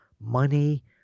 money